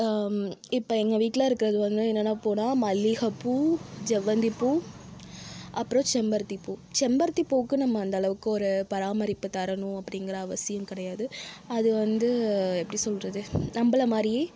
இப்போ எங்கள் வீட்டில் இருக்கிறது வந்து என்னன்ன பூனால் மல்லிகை பூ செவ்வந்தி பூ அப்புறோம் செம்பருத்தி பூ செம்பருத்தி பூவுக்கு நம்ம அந்த அளவுக்கு ஒரு பராமரிப்பு தரணும் அப்படீங்குற அவசியம் கிடையாது அது வந்து எப்படி சொல்வது நம்பளை மாதிரியே